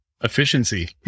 efficiency